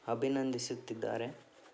ಅಭಿನಂದಿಸುತ್ತಿದ್ದಾರೆ